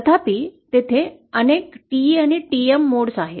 तथापि तेथे अनेक TE आणि TM मोड आहेत